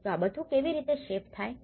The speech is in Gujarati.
તો આ બધુ કેવી રીતે શેપ થાય છે